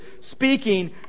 speaking